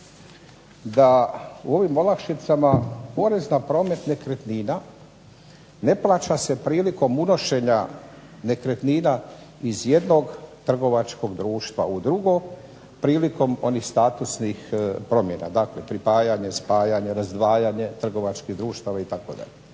da ovim olakšicama porez na promet nekretnina ne plaća se prilikom unošenja nekretnina iz jednog trgovačkog društva u drugo prilikom onih statusnih promjena. Dakle, pripajanje, spajanje, razdvajanje trgovačkih društava itd.